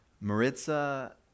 Maritza